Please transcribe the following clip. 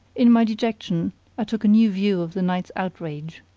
in my dejection i took a new view of the night's outrage.